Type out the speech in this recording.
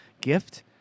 gift